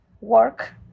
work